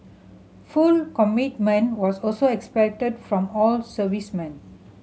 full commitment was also expected from all servicemen